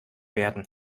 werden